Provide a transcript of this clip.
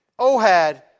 Ohad